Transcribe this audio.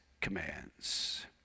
Commands